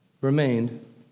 remained